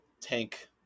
tank